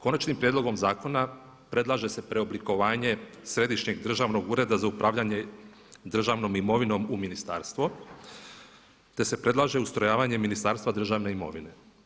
Konačnim prijedlogom zakona predlaže se preoblikovanje Središnjeg državnog ureda za upravljanje državnom imovinom u ministarstvo, te se predlaže ustrojavanje ministarstva državne imovine.